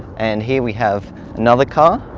and here we have another car